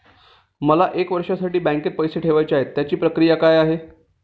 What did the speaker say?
मला एक वर्षासाठी बँकेत पैसे ठेवायचे आहेत त्याची प्रक्रिया काय?